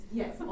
yes